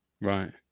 Right